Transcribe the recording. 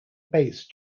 base